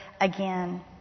again